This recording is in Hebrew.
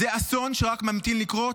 זה אסון שרק ממתין לקרות.